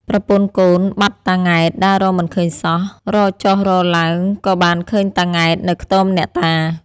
ប្រពន្ធកូនបាត់តា ង៉ែត ដើររកមិនឃើញសោះ រកចុះរកឡើងក៏បានឃើញតា ង៉ែត នៅខ្ទមអ្នកតា ។